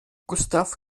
gustav